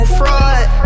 fraud